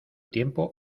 tiempo